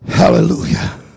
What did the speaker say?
hallelujah